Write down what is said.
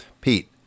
Pete